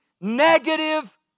negative